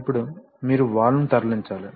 ఇప్పుడు మీరు వాల్వ్ను తరలించాలి